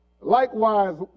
Likewise